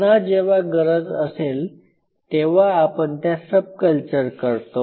पुन्हा जेव्हा गरज असेल तेव्हा आपण त्या सब कल्चर करतो